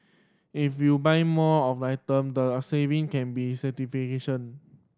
if you buy more of item the saving can be certification